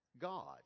god